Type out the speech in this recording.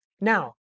Now